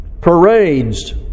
parades